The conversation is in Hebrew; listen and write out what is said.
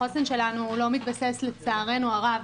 החוסן שלנו לא מתבסס לצערנו הרב